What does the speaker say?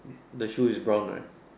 the shoe is brown right